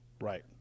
Right